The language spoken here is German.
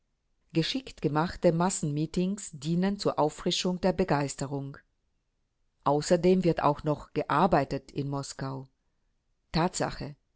geschickt gemachte massenmeetings dienen zur auffrischung der begeisterung außerdem wird auch noch gearbeitet in moskau tatsache